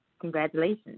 Congratulations